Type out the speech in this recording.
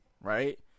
right